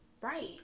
right